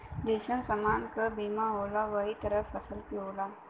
जइसन समान क बीमा होला वही तरह फसल के होला